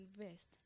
invest